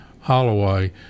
Holloway